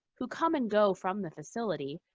who come and go from the facility,